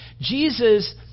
Jesus